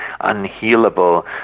unhealable